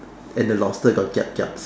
and the lobster got kiap kiap